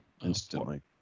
instantly